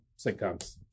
sitcoms